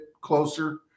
closer